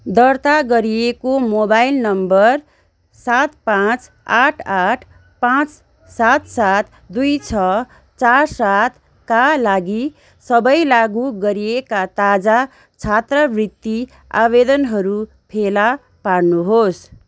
दर्ता गरिएको mobile number सात पाँच आठ आठ पाँच सात सात दुई छ चार सातका लागि सबै लागु गरिएका ताजा छात्रवृत्ति आवेदनहरू फेला पार्नुहोस्